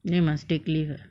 then you must take leave ah